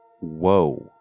Whoa